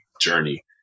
journey